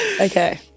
Okay